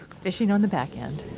fishing on the backend